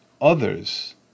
others